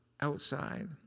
outside